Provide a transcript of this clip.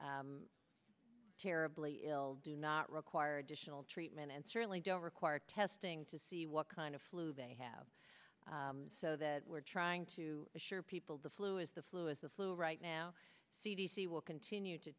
not terribly ill do not require additional treatment and certainly don't require testing to see what kind of flu they have so that we're trying to assure people the flu is the flu is the flu right now c d c will continue to